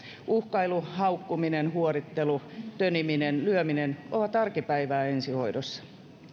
uhkailu haukkuminen huorittelu töniminen ja lyöminen ovat arkipäivää ensihoidossa